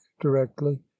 directly